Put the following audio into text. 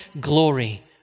glory